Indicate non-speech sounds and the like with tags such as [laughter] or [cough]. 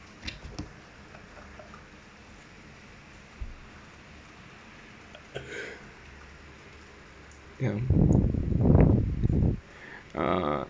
[laughs] ya uh